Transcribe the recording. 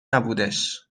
نبودش